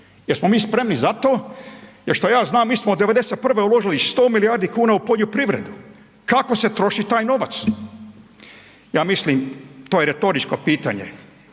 Jesmo mi spremni za to, jer što ja znam mi smo od '91. uložili 100 milijardi kuna u poljoprivredu, kako se troši taj novac. Ja mislim, to je retoričko pitanje,